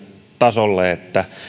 tasolle että